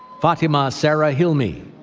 fathima sarah hilmy,